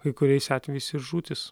kai kuriais atvejais ir žūtis